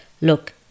look